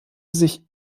sich